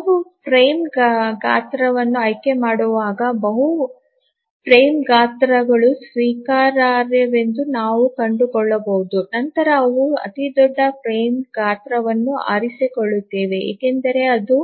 ನಾವು ಫ್ರೇಮ್ ಗಾತ್ರವನ್ನು ಆಯ್ಕೆಮಾಡುವಾಗ ಬಹು ಫ್ರೇಮ್ ಗಾತ್ರಗಳು ಸ್ವೀಕಾರಾರ್ಹವೆಂದು ನಾವು ಕಂಡುಕೊಳ್ಳಬಹುದು ನಂತರ ನಾವು ಅತಿದೊಡ್ಡ ಫ್ರೇಮ್ ಗಾತ್ರವನ್ನು ಆರಿಸಿಕೊಳ್ಳುತ್ತೇವೆ ಏಕೆಂದರೆ ಅದು